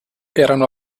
erano